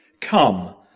Come